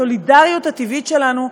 הסולידריות הטבעית שלנו,